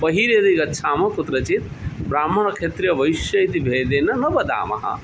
बहिर्यदि गच्छामः कुत्रचित् ब्राह्मणक्षत्रियवैष्याः इति भेदेन न वदामः